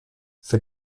für